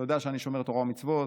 אתה יודע שאני שומר תורה ומצוות,